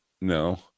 No